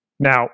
Now